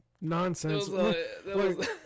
nonsense